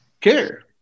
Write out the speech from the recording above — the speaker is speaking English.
care